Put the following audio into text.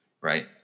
right